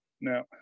Now